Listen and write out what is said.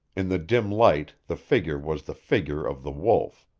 in the dim light the figure was the figure of the wolf,